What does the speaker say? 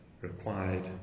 required